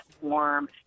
warm